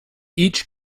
each